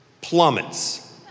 plummets